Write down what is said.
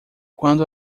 quando